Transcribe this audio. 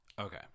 Okay